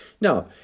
Now